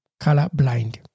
colorblind